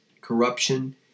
Corruption